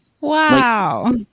Wow